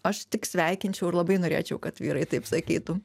aš tik sveikinčiau ir labai norėčiau kad vyrai taip sakytų